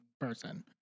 person